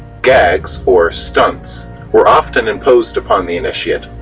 gags, or stunts were often imposed upon the initiate,